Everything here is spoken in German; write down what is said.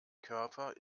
körper